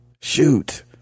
shoot